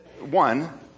one